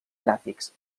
gràfics